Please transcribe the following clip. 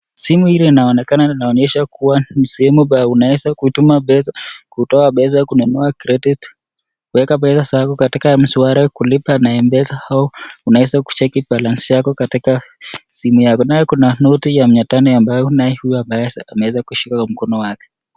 Simu hili linaonekana linaonyesha kuwa ni sehemu pahali unaweza kutuma pesa, kutoa pesa, kununua credit , kuweka pesa zako katika m-shwari, kulipa na m-pesa au unaweza kucheki balance yako katika simu yako. Nao kuna noti ya mia tano ambayo huyu ameweza kushika kwa mkono wake.